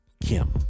Kim